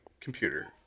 computer